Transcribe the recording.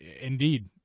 indeed